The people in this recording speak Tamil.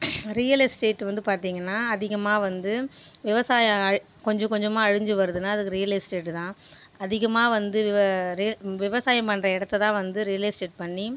ரியல் எஸ்டேட் வந்து பார்த்தீங்கனா அதிகமா வந்து விவசாய அழி கொஞ்ச கொஞ்சமாக அழிஞ்சி வருதுனா அதுக்கு ரியல் எஸ்டேட் தான் அதிகமாக வந்து விவ ரிய விவசாயம் பண்ணுற இடத்த தான் வந்து ரியல் எஸ்டேட் பண்ணி